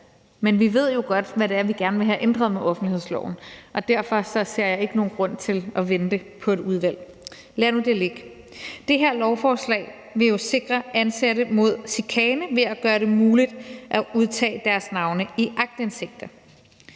men vi ved jo godt, hvad vi gerne vil have ændret ved offentlighedsloven, og derfor ser jeg ikke nogen grund til at vente på et udvalg. Lad nu det ligge. Det her lovforslag vil jo sikre ansatte mod chikane ved at gøre det muligt at udtage deres navne i aktindsigter.